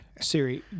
Siri